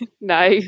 no